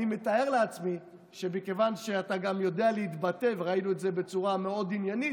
אני מתאר לעצמי שמכיוון שאתה יודע להתבטא בצורה עניינית,